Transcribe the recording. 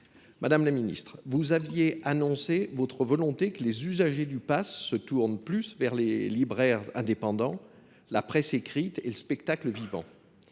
Madame la ministre, vous avez annoncé vouloir que les usagers du pass se tournent davantage vers les libraires indépendants, la presse écrite et le spectacle vivant,